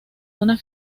una